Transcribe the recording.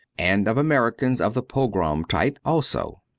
and of americans of the pogram type also.